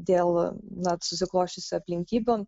dėl na susiklosčių aplinkybių